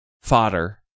fodder